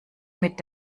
mit